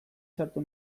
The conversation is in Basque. sartu